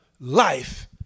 life